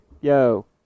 yo